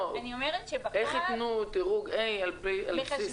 לא, איך יתנו דירוג A על בסיס